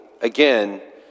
again